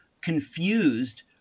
confused